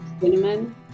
Cinnamon